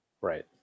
right